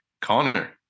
Connor